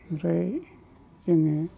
ओमफ्राय जोङो